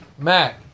Mac